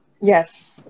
Yes